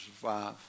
survive